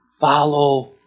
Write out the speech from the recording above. follow